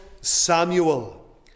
Samuel